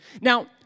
Now